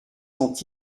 sont